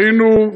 היינו,